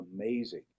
amazing